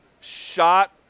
Shot